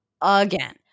again